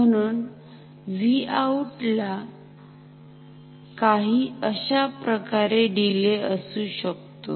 म्हणून Vout ला काही अशाप्रकारे डीले असू शकतो